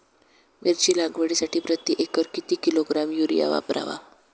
मिरची लागवडीसाठी प्रति एकर किती किलोग्रॅम युरिया वापरावा?